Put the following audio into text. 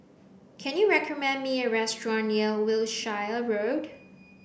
can you recommend me a restaurant near Wiltshire Road